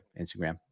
Instagram